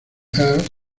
air